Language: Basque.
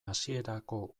hasierako